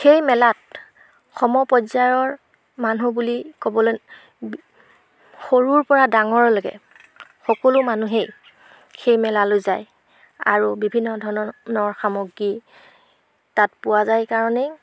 সেই মেলাত সমপৰ্যায়ৰ মানুহ বুলি ক'বলৈ সৰুৰপৰা ডাঙৰলৈকে সকলো মানুহেই সেই মেলালৈ যায় আৰু বিভিন্ন ধৰণৰ সামগ্ৰী তাত পোৱা যায় কাৰণেই